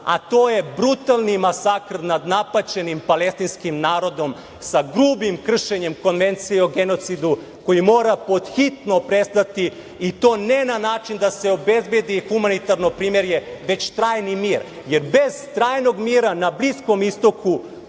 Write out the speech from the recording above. a to je brutalni masakr nad napaćenim palestinskim narodom sa grubim kršenjem konvencije o genocidu, koji mora pod hitno prestati i to ne na način da se obezbedi humanitarno primirje, već trajni mir, jer bez trajnog mira na Bliskom istoku